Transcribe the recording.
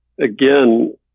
again